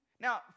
Now